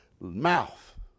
mouth